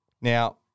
now